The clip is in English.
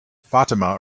fatima